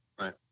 Right